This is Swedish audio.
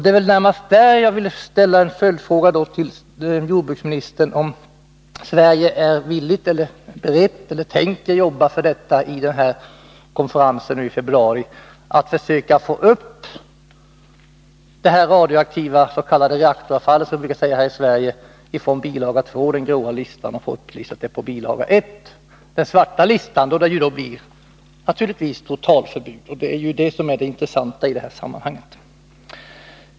Det är närmast på denna punkt som jag vill ställa en följdfråga till jordbruksministern: Tänker Sverige vid denna konferens senare i februari jobba för att försöka få upp det radioaktiva avfallet — vi brukar här i Sverige säga reaktoravfallet — från bil. 2, den grå listan, till bil. 1, den svarta listan? Då skulle det naturligtvis bli totalförbud mot dumpning av detta avfall, och det är det som är intressant i detta sammanhang.